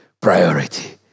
priority